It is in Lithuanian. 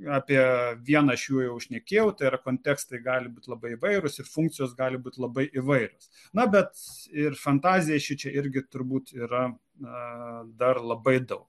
apie vieną iš jų jau šnekėjau tai yra kontekstai gali būti labai įvairūs ir funkcijos gali būti labai įvairios na bet ir fantazija šičia irgi turbūt yra na dar labai daug